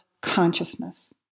consciousness